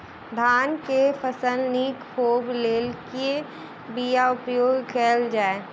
धान केँ फसल निक होब लेल केँ बीया उपयोग कैल जाय?